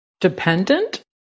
dependent